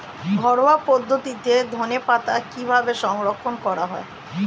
ঘরোয়া পদ্ধতিতে ধনেপাতা কিভাবে সংরক্ষণ করা হয়?